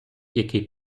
який